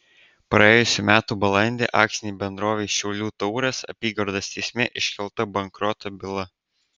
praėjusių metų balandį akcinei bendrovei šiaulių tauras apygardos teisme iškelta bankroto byla